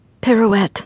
Pirouette